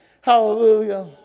Hallelujah